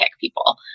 people